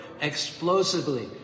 explosively